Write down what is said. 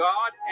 God